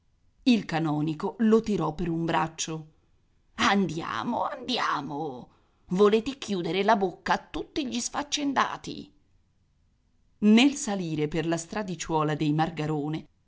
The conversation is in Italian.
il canonico lo tirò per un braccio andiamo andiamo volete chiudere la bocca a tutti gli sfaccendati nel salire per la stradicciuola dei margarone